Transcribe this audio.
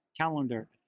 calendar